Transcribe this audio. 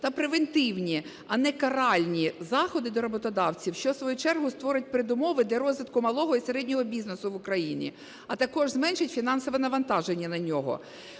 та превентивні, а не каральні заходи, до роботодавців, що в свою чергу створить передумови для розвитку малого і середнього бізнесу в Україні, а також зменшить фінансове навантаження на нього.